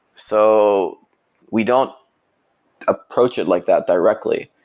so we don't approach it like that directly.